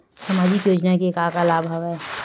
सामाजिक योजना के का का लाभ हवय?